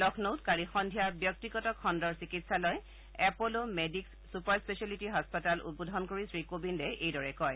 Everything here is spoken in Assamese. লক্ষ্ণীত কালি সদ্ধিয়া ব্যক্তিগত খণ্ডৰ চিকিৎসালয় এপ'ল'মেডিকছ ছুপাৰস্পেচিয়েলিটি হস্পিতাল উদ্বোধন কৰি শ্ৰী কোবিন্দে এইদৰে কয়